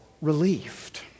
relieved